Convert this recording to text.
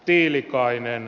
tiilikainen